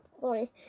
Sorry